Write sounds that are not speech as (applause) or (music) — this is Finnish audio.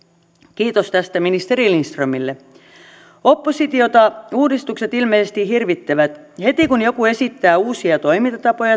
kiitos tästä ministeri lindströmille oppositiota uudistukset ilmeisesti hirvittävät heti kun joku esittää uusia toimintatapoja (unintelligible)